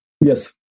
Yes